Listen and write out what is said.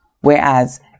Whereas